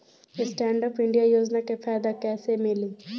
Stand up India योजना के फायदा कैसे मिली?